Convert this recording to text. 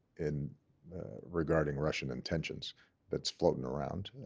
and regarding russian intentions that's floating around.